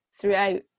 throughout